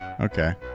Okay